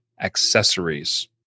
accessories